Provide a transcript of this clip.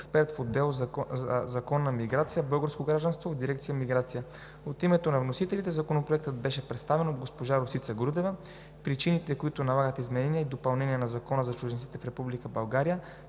експерт в отдел „Законна миграция, българско гражданство“ в дирекция „Миграция“. От името на вносителите Законопроектът беше представен от госпожа Росица Грудева. Причините, които налагат изменение и допълнение на Закона за чужденците в Република България,